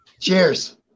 Cheers